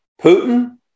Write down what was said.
Putin